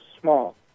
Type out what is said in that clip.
small